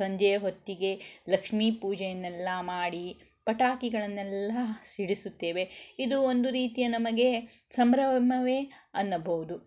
ಸಂಜೆಯ ಹೊತ್ತಿಗೆ ಲಕ್ಷ್ಮೀ ಪೂಜೆಯನ್ನೆಲ್ಲ ಮಾಡಿ ಪಟಾಕಿಗಳನ್ನೆಲ್ಲ ಸಿಡಿಸುತ್ತೇವೆ ಇದು ಒಂದು ರೀತಿಯ ನಮಗೆ ಸಂಭ್ರಮವೇ ಅನ್ನಬೌದು